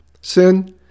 Sin